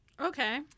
Okay